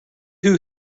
who